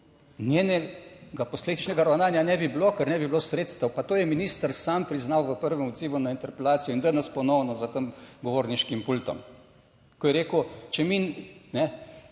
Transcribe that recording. njenega posledičnega ravnanja ne bi bilo, ker ne bi bilo sredstev. Pa to je minister sam priznal v prvem odzivu na interpelacijo in danes ponovno za tem govorniškim pultom, ko je rekel, če mi